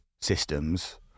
systems